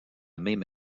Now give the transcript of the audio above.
même